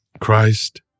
Christ